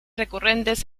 recurrentes